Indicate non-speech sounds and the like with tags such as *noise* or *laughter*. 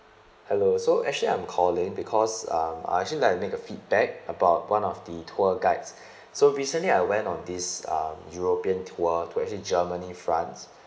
hello so actually I'm calling because um I actually like to make a feedback about one of the tour guides *breath* so recently I went on this um european tour to actually germany france *breath*